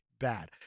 bad